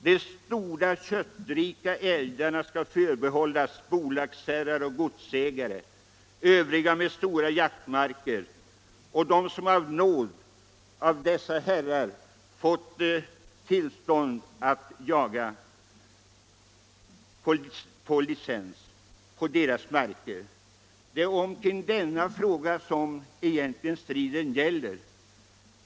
De stora köttrika älgarna skall förbehållas bolagsherrar, godsägare och övriga med stora jaktmarker samt dem som av nåd av dessa herrar har fått tillstånd att jaga på licens på deras marker. Det är denna fråga som striden egentligen gäller.